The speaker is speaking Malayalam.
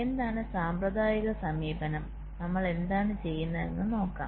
എന്താണ് സാമ്പ്രദായിക സമീപനം നമ്മൾ എന്താണ് ചെയ്യുന്നത് എന്ന് നോക്കാം